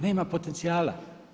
Nema potencijala.